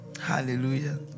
Hallelujah